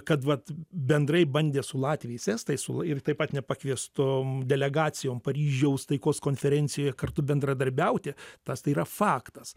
kad vat bendrai bandė su latviais estais ir taip pat nepakviestom delegacijom paryžiaus taikos konferencijoje kartu bendradarbiauti tas tai yra faktas